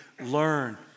learn